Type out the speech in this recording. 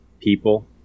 people